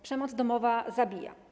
Przemoc domowa zabija.